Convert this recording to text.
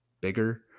bigger